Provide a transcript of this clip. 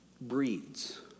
breeds